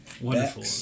Wonderful